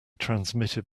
transmitted